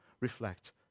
reflect